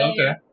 Okay